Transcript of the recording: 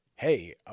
hey